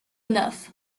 enough